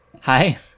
hi